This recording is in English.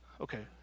okay